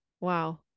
Wow